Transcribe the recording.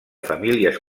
famílies